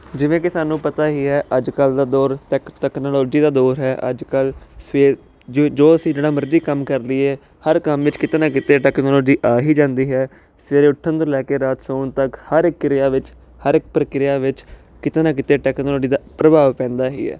ਜਿਵੇਂ ਕਿ ਸਾਨੂੰ ਪਤਾ ਹੀ ਹੈ ਅੱਜ ਕੱਲ ਦਾ ਦੌਰ ਤਕ ਤਕਨਾਲੋਜੀ ਦਾ ਦੌਰ ਹੈ ਅੱਜ ਕੱਲ ਸਵੇਰ ਜੋ ਅਸੀਂ ਜਿਹੜਾ ਮਰਜ਼ੀ ਕੰਮ ਕਰ ਲਈਏ ਹਰ ਕੰਮ ਵਿੱਚ ਕਿਤੇ ਨਾ ਕਿਤੇ ਟੈਕਨੋਲੋਜੀ ਆ ਹੀ ਜਾਂਦੀ ਹੈ ਸਵੇਰੇ ਉੱਠਣ ਤੋਂ ਲੈ ਕੇ ਰਾਤ ਸੌਣ ਤੱਕ ਹਰ ਇੱਕ ਕਿਰਿਆ ਵਿੱਚ ਹਰ ਇੱਕ ਪ੍ਰਕਿਰਿਆ ਵਿੱਚ ਕਿਤੇ ਨਾ ਕਿਤੇ ਟੈਕਨੋਲੋਜੀ ਦਾ ਪ੍ਰਭਾਵ ਪੈਂਦਾ ਹੀ ਹ